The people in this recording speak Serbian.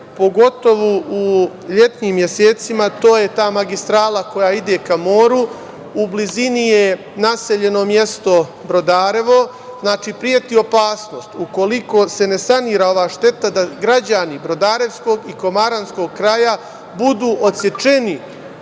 pogotovo u letnjim mesecima, jer je to magistrala koja ide ka moru. U blizini je naseljeno mesto Brodarevo. Preti opasnost, ukoliko se ne sanira ova šteta, da građani brodarevskog i komaranskog kraja budu odsečeni